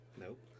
Nope